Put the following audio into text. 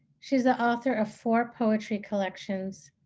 she's the author of four poetry collections,